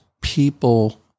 people